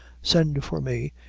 send for me,